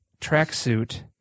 tracksuit